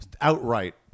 Outright